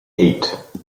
eight